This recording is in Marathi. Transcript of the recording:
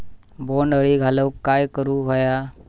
बोंड अळी घालवूक काय करू व्हया?